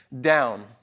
down